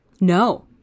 No